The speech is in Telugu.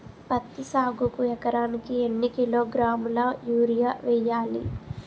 పత్తి సాగుకు ఎకరానికి ఎన్నికిలోగ్రాములా యూరియా వెయ్యాలి?